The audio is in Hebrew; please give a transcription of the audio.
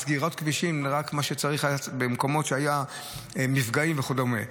סגירת כבישים במקומות שהיו מפגעים וכדומה.